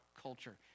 culture